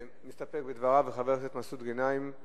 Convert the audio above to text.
מסתפק בדבריו, וגם חבר הכנסת מסעוד גנאים?